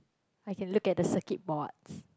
I can look at the circuit boards